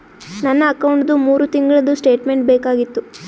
ನನ್ನ ಅಕೌಂಟ್ದು ಮೂರು ತಿಂಗಳದು ಸ್ಟೇಟ್ಮೆಂಟ್ ಬೇಕಾಗಿತ್ತು?